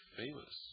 famous